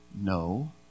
No